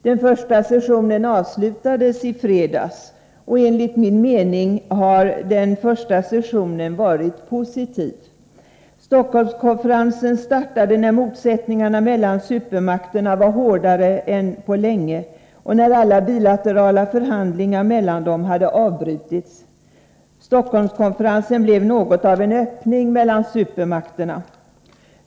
Den första sessionen av konferensen avslutades i fredags. Enligt min mening har denna varit positiv. Stockholmskonferensen startade när motsättningarna mellan supermakterna var hårdare än på länge och när alla bilaterala förhandlingar mellan dem hade avbrutits. Konferensen blev något av en öppning mellan supermakterna.